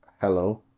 hello